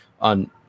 on